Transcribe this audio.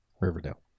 Riverdale